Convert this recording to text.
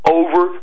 over